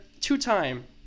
Two-time